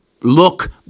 look